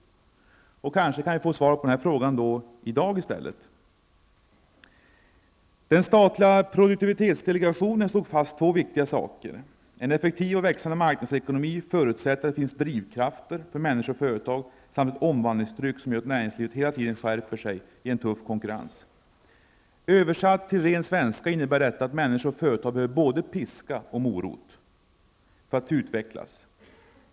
Kanske kan jag få svar på min fråga i dag. Den statliga produktivitetsdelegationen slog fast två viktiga saker: en effektiv och växande marknadsekonomi förutsätter att det finns drivkraft för människor och företag samt att det behövs ett omvandlingstryck som gör att näringslivet hela tiden skärper sig i en tuff konkurrens. Översatt till ren svenska innebär detta att människor och företag behöver både piska och morot för att utvecklas.